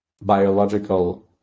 biological